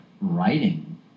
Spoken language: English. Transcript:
writing